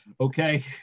okay